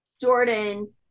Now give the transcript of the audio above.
Jordan